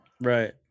Right